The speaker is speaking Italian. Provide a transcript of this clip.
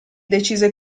decise